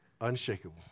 Unshakable